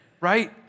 Right